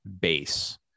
base